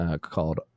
called